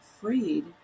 freed